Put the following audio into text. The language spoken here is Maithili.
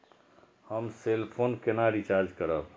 हम सेल फोन केना रिचार्ज करब?